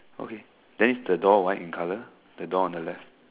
okay then is the door white in colour the door on the left